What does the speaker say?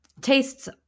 tastes